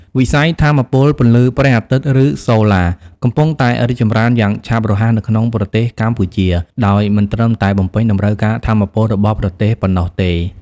វិស័យថាមពលពន្លឺព្រះអាទិត្យ ឬ "សូឡា" កំពុងតែរីកចម្រើនយ៉ាងឆាប់រហ័សនៅក្នុងប្រទេសកម្ពុជា ដោយមិនត្រឹមតែបំពេញតម្រូវការថាមពលរបស់ប្រទេសប៉ុណ្ណោះទេ។